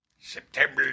September